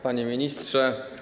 Panie Ministrze!